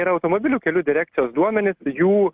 yra automobilių kelių direkcijos duomenys jų